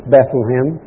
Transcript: Bethlehem